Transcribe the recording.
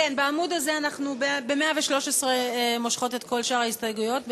בעמוד 113 אנחנו מושכות את כל שאר ההסתייגויות.